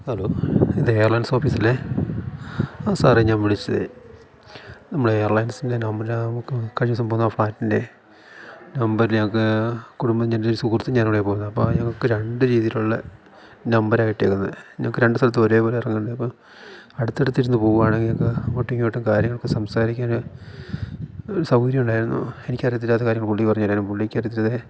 hello ഇത് airlines ഓഫീസല്ലേ ആ സാറേ ഞാൻ വിളിച്ചതെ നമ്മള് എയർ ലൈൻസിൻ്റെ നമ്പർ നമുക്ക് കഴിഞ്ഞൂസം പോകുന്നാ ഫ്ളാറ്റിൻ്റെ നമ്പര് ഞങ്ങക്ക് കുടുംബം എൻറ്റൊരു സുഹൃത്തും ഞാനുവാണേ പോകുന്നെ അപ്പാ ഞങ്ങക്ക് രണ്ട് രീതീലുള്ള നമ്പരാ കിട്ടിയേക്കുന്നെ ഞങ്ങക്ക് രണ്ട് സ്ഥലത്തും ഒരേപോലെ എറങ്ങണ്ടേ അപ്പൊ അടുത്തടുത്തിരുന്ന് പോവുവാണെങ്കി ഞങ്ങക്ക് അങ്ങോട്ടും ഇങ്ങോട്ടും കാര്യങ്ങളൊക്കെ സംസാരിക്കാന് ഒരു സൗകര്യം ഉണ്ടായിരുന്നു എനിക്കറിയത്തില്ലാത്ത കാര്യങ്ങൾ പുള്ളി പറഞ്ഞുതരുവാനും പുള്ളിക്കറിയത്തില്ലാത്ത